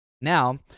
Now